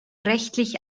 rechtlich